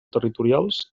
territorials